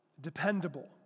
dependable